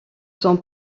sont